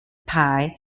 pye